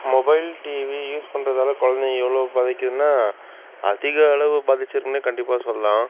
mobile TV use பண்ணுறதால குழந்தைங்க எவ்வளோ பாத்திக்குதுன்னா அதிக அளவு பாதிச்சுருக்குன்னே கண்டிப்பாக சொல்லாம்